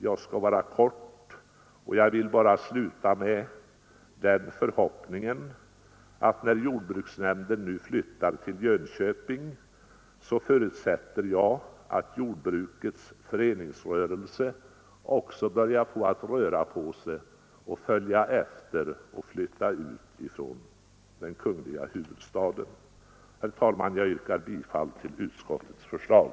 Jag skall vara kortfattad och vill sluta med den förhoppningen att när jordbruksnämnden nu flyttar till Jönköping jordbrukets föreningsrörelse också skall börja röra på sig och följa efter och flytta ut från kungl. huvudstaden. Herr talman! Jag yrkar bifall till utskottets förslag.